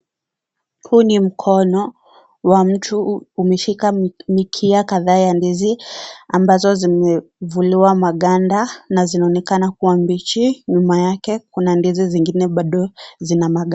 Huu ni mkono wa mtu umeshika mikia kadhaa ya ndizi ambazo zimevuliwa maganda na zinaonekana kuwa mbichi. Nyuma yake kuna ndizi zingine bado zina maganda.